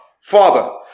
Father